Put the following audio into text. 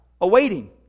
awaiting